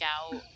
out